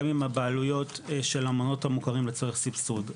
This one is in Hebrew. גם עם הבעלויות של המעונות המוכרים לצורך סבסוד.